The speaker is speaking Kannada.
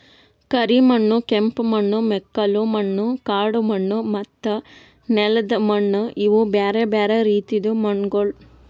ಕರಿ ಮಣ್ಣು, ಕೆಂಪು ಮಣ್ಣು, ಮೆಕ್ಕಲು ಮಣ್ಣು, ಕಾಡು ಮಣ್ಣು ಮತ್ತ ನೆಲ್ದ ಮಣ್ಣು ಇವು ಬ್ಯಾರೆ ಬ್ಯಾರೆ ರೀತಿದು ಮಣ್ಣಗೊಳ್